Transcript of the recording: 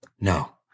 No